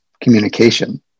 communication